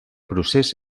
procés